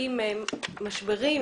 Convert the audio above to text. עם משברים,